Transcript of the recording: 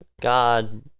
God